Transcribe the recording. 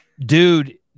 Dude